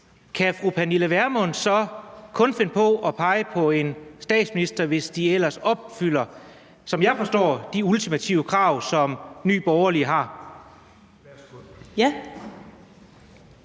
kan fru Pernille Vermund så kun finde på at pege på en statsministerkandidat, hvis vedkommende ellers opfylder de, som jeg forstår det, ultimative krav, som Nye Borgerlige har?